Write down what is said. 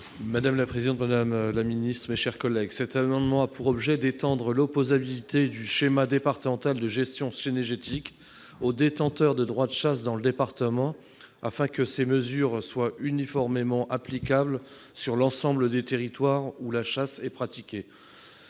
pour présenter l'amendement n° 29 rectifié. Cet amendement a pour objet d'étendre l'opposabilité du schéma départemental de gestion cynégétique aux détenteurs de droit de chasse dans le département, afin que ces mesures soient uniformément applicables sur l'ensemble des territoires où la chasse est pratiquée.